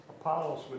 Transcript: Apollo's